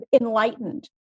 enlightened